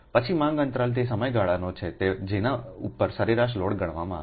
પછી માંગ અંતરાલ તે સમયગાળો છે જેના ઉપર સરેરાશ લોડ ગણવામાં આવે છે